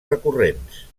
recurrents